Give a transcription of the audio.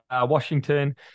washington